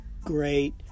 great